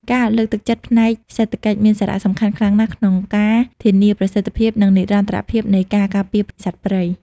ការលើកទឹកចិត្តផ្នែកសេដ្ឋកិច្ចមានសារៈសំខាន់ខ្លាំងណាស់ក្នុងការធានាប្រសិទ្ធភាព និងនិរន្តរភាពនៃការការពារសត្វព្រៃ។